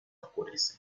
oscurece